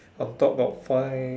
on top got five